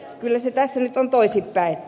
kyllä sitä nyt on toisinpäin